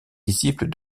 disciples